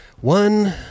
One